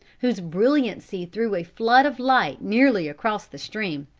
whose brilliancy threw a flood of light nearly across the stream.